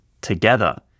together